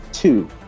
Two